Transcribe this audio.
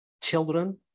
Children